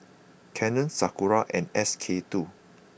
Canon Sakura and S K two